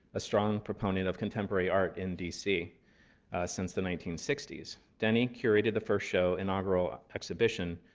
a strong proponent of contemporary art in dc since the nineteen sixty s. denney curated the first show, inaugural exhibition,